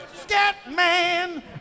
Scatman